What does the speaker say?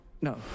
No